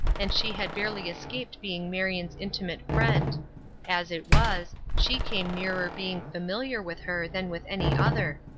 and she had barely escaped being marion's intimate friend as it was, she came nearer being familiar with her than with any other.